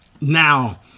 Now